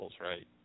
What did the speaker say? right